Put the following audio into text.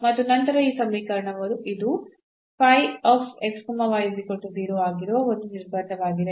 ಮತ್ತು ನಂತರ ಈ ಸಮೀಕರಣವು ಇದು ಆಗಿರುವ ಒಂದು ನಿರ್ಬಂಧವಾಗಿದೆ